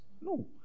no